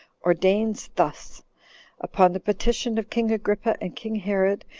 ordains thus upon the petition of king agrippa and king herod,